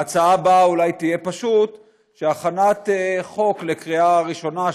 ההצעה הבאה אולי תהיה פשוט שבהכנת חוק לקריאה ראשונה,